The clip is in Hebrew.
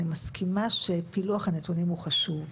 אני מסכימה שפילוח הנתונים הוא חשוב,